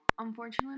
Unfortunately